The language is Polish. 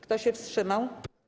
Kto się wstrzymał?